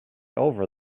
over